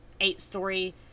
eight-story